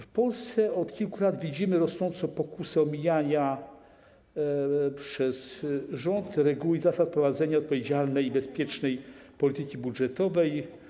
W Polsce od kilku lat widzimy rosnącą pokusę omijania przez rząd reguł i zasad prowadzenia odpowiedzialnej i bezpiecznej polityki budżetowej.